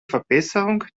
verbesserung